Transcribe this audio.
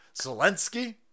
Zelensky